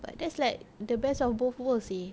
but that's like the best of both worlds seh